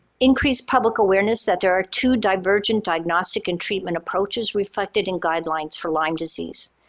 increase public awareness that there are two divergent diagnostic and treatment approaches reflected in guidelines for lyme disease,